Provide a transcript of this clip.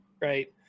right